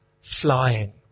flying